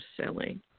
silly